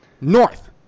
North